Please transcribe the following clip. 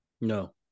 No